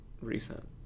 recent